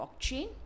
blockchain